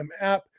app